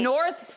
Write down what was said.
North